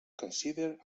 consider